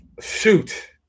shoot –